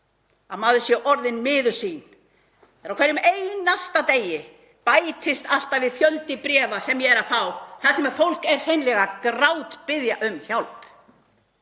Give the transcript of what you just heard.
að maður sé orðinn miður sín þegar á hverjum einasta degi bætist við fjöldi bréfa sem ég er að fá þar sem fólk er hreinlega að grátbiðja um hjálp?